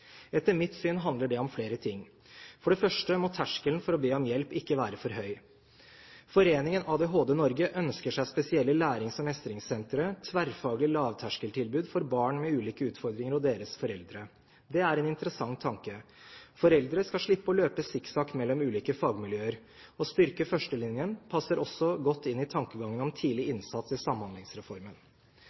Etter mitt syn handler det om flere ting: For det første må terskelen for å be om hjelp ikke være for høy. Foreningen ADHD Norge ønsker seg spesielle lærings- og mestringssentre, tverrfaglige lavterskeltilbud for barn med ulike utfordringer og deres foreldre. Det er en interessant tanke. Foreldre skal slippe å løpe sikksakk mellom ulike fagmiljøer. Å styrke førstelinjen passer også godt inn i tankegangen om tidlig innsats i Samhandlingsreformen.